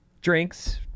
drinks